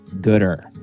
gooder